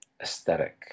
aesthetic